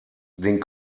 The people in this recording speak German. den